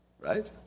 right